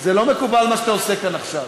זה לא מקובל, מה שאתה עושה כאן עכשיו.